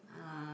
uh